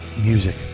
music